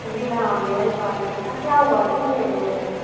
جی ہاں میرا ہی پارسل تھا کیا ہوا کیوں لیٹ ہو گیا یہ